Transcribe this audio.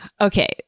Okay